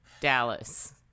Dallas